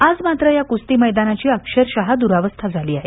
आज मात्र या कुस्ती मैदानाची अक्षरशः द्रवस्था झाली आहे